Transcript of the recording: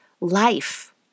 life